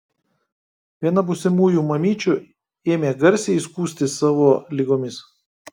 viena būsimųjų mamyčių ėmė garsiai skųstis savo ligomis